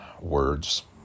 words